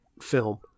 film